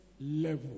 level